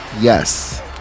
yes